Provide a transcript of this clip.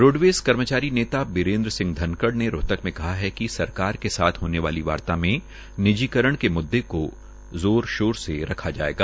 roadways कर्मचारी नेता बीरेन्द्र सिह धनखड़ ने रोहतक में कहा कि सरकार के साथ होने वाली वार्ता में निजीकरण के मुद्दे को जोर शोर से रखा जायेगा